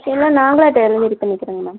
இல்லை நாங்களே டெலிவரி பண்ணிக்குறோங்க மேம்